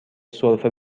سرفه